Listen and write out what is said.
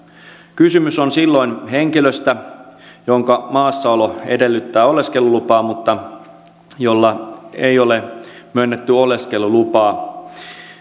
kysymys on silloin henkilöstä jonka maassa olo edellyttää oleskelulupaa mutta jolle ei ole myönnetty oleskelulupaa